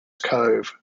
cove